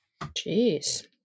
Jeez